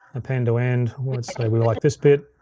append to end, let's say we like this bit.